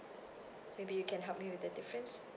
maybe you can help me with the difference